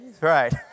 Right